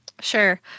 Sure